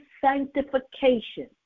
sanctification